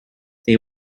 they